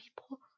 people